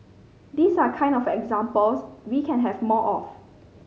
these are kind of examples we can have more of